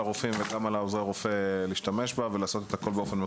הרופאים וגם על עוזרי הרופא להשתמש בה ולעשות הכול באופן מקוון.